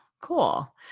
Cool